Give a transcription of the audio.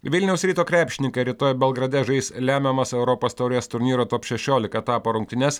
vilniaus ryto krepšininkai rytoj belgrade žais lemiamas europos taurės turnyro top šešiolika etapo rungtynes